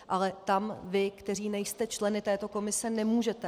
Ale tam vy, kteří nejste členy této komise, nemůžete.